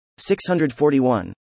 641